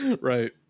right